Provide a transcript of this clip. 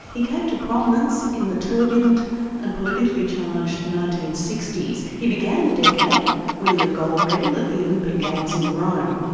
he came to prominence in the turbulent and politically charged nineteen sixty s. he began the decade winning a gold medal at the olympic games in rome.